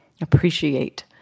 Appreciate